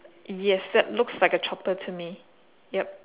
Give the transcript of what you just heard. yes that looks like a chopper to me yup